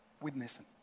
witnessing